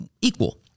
equal